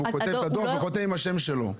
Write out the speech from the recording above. הוא כותב את הדוח וחותם עם השם שלו?